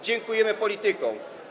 Dziękujemy politykom.